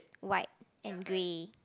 white and grey